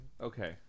Okay